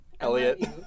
Elliot